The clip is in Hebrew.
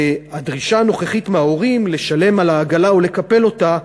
הדרישה הנוכחית מההורים לשלם על העגלה או לקפל אותה,